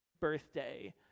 Birthday